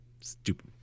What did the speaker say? Stupid